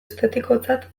estetikotzat